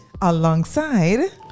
alongside